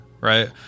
Right